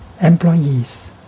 Employees